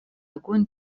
огонь